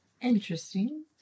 Interesting